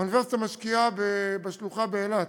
האוניברסיטה משקיעה בשלוחה באילת,